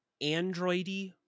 Android-y